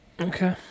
Okay